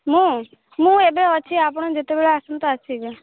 ମୁଁ ମୁଁ ଏବେ ଅଛି ଆପଣ ଯେତେବେଳେ ଆସନ୍ତୁ ଆସିବେ